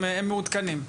הם מעודכנים.